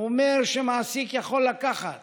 הוא אומר שמעסיק יכול לקחת